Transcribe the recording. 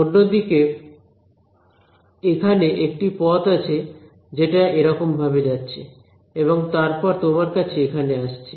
অন্যদিকে এখানে একটি পথ আছে যেটা এরকম ভাবে যাচ্ছে এবং তারপর তোমার কাছে এখানে আসছে